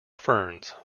ferns